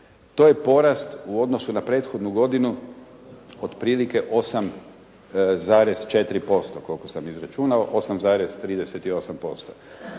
To je porast u odnosu na prethodnu godinu otprilike 8,4% koliko sam izračunao, 8,38%.